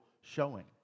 showing